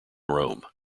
rome